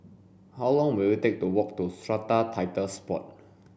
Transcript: how long will it take to walk to Strata Titles Board